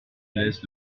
laisse